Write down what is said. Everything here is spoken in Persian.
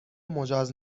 مجاز